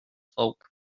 folk